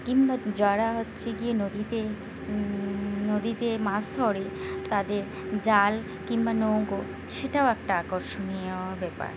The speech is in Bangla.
কিংবা যারা হচ্ছে গিয়ে নদীতে নদীতে মাছ ধরে তাদের জাল কিংবা নৌকো সেটাও একটা আকর্ষণীয় ব্যাপার